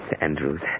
Andrews